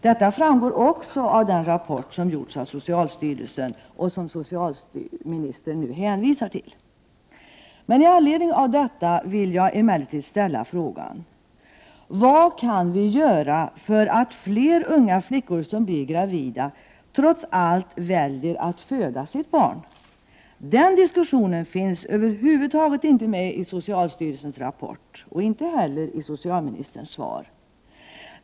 Detta framgår också av den rapport som gjorts av socialstyrelsen, och som socialministern hänvisar till. I anledning av detta vill jag emellertid ställa frågan: Vad kan vi göra för att fler unga flickor, som blir gravida, trots allt skall välja att föda sitt barn? Den diskussionen finns över huvud taget inte med i socialstyrelsens rapport och inte heller i socialministerns svar.